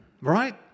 right